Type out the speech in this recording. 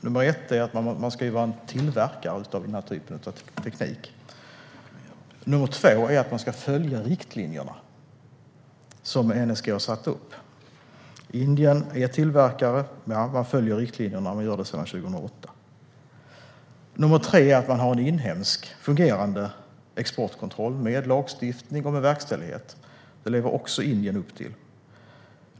Det första är att man ska vara tillverkare av denna typ av teknik. Det andra är att man ska följa riktlinjerna som NSG har satt upp. Indien är tillverkare, och sedan 2008 följer man riktlinjerna. Det tredje kravet är att man har en fungerande inhemsk exportkontroll med lagstiftning och verkställighet. Även detta lever Indien upp till.